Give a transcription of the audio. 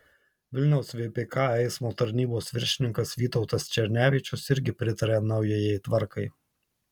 vilniaus vpk eismo tarnybos viršininkas vytautas černevičius irgi pritaria naujajai tvarkai